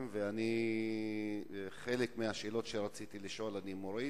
ולכן חלק מהשאלות שרציתי לשאול אני מוריד,